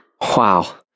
Wow